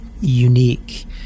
unique